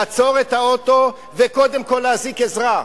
לעצור את האוטו וקודם כול להזעיק עזרה.